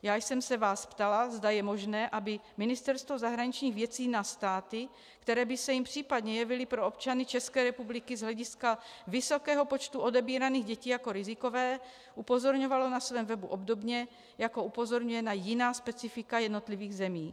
Já jsem se vás ptala, zda je možné, aby Ministerstvo zahraničních věcí na státy, které by se jim případně jevily pro občany České republiky z hlediska vysokého počtu odebíraných dětí jako rizikové, upozorňovalo na svém webu obdobně, jako upozorňuje na jiná specifika jednotlivých zemí.